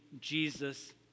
Jesus